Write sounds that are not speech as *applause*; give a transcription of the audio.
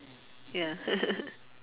ya *laughs*